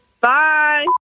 Bye